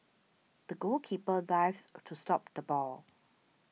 the goalkeeper dives to stop the ball